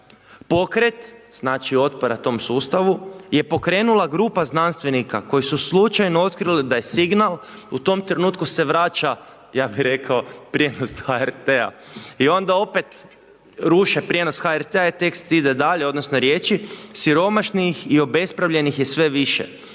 Pokret, znači, otpora tom sustavu, je pokrenula grupa znanstvenika koji su slučajno otkrili da je signal, u tom trenutku se vraća, ja bi rekao prijenos s HRT-a i onda opet ruše prijenos HRT-a i tekst ide dalje, odnosno riječi: „Siromašnih i obespravljenih je sve više.